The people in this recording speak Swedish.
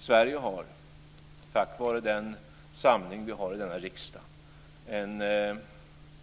Sverige har, tack vare den samling vi har i denna riksdag, en